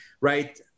right